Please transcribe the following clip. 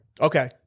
Okay